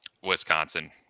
Wisconsin